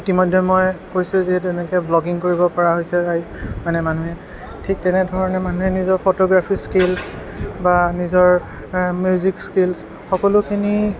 ইতিমধ্যে মই কৈছোৱে যিহেতু এনেকে ব্লগিং কৰিব পৰা হৈছে মানে মানুহে ঠিক তেনেধৰণে মানুহে নিজৰ ফটোগ্ৰাফি স্কিলছ বা নিজৰ মিউজিক স্কিলছ সকলোখিনি